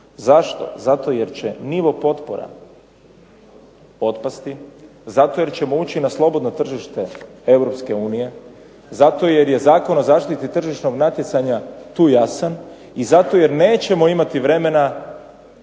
Zašto? Zato jer će nivo potpora otpasti, zato jer ćemo ući na slobodno tržište Europske unije, zato jer je Zakon o zaštiti tržišnog natjecanja tu jasan i zato jer nećemo imati vremena